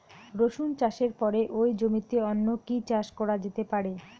রসুন চাষের পরে ওই জমিতে অন্য কি চাষ করা যেতে পারে?